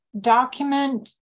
document